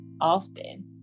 often